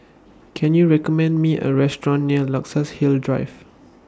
Can YOU recommend Me A Restaurant near Luxus Hill Drive